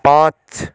পাঁচ